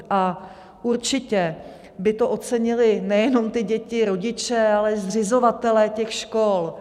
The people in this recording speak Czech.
A určitě by to ocenili nejenom ty děti, rodiče, ale i zřizovatelé těch škol.